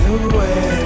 away